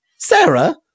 Sarah